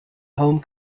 home